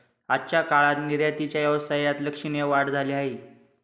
आजच्या काळात निर्यातीच्या व्यवसायात लक्षणीय वाढ झाली आहे